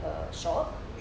the shop